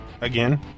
Again